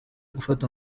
gufata